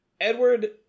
Edward